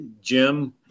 jim